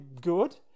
good